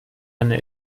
eine